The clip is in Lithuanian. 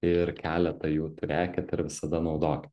ir keletą jų turėkit ir visada naudokit